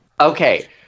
Okay